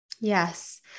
Yes